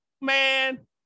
man